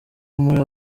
muri